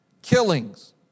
killings